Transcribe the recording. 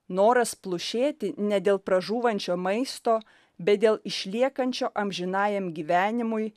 noras plušėti ne dėl pražūvančio maisto bet dėl išliekančio amžinajam gyvenimui